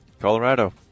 Colorado